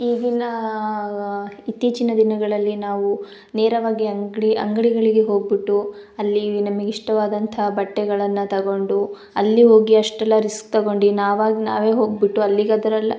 ಈಗೀನ ಇತ್ತೀಚಿನ ದಿನಗಳಲ್ಲಿ ನಾವು ನೇರವಾಗಿ ಅಂಗಡಿ ಅಂಗಡಿಗಳಿಗೆ ಹೋಗ್ಬಿಟ್ಟು ಅಲ್ಲಿ ನಮಗೆ ಇಷ್ಟವಾದಂಥ ಬಟ್ಟೆಗಳನ್ನು ತಗೊಂಡು ಅಲ್ಲಿ ಹೋಗಿ ಅಷ್ಟೆಲ್ಲ ರಿಸ್ಕ್ ತಗೊಂಡು ನಾವಾಗಿ ನಾವೇ ಹೋಗ್ಬಿಟ್ಟು ಅಲ್ಲಿಗದ್ರಲ್ಲಿ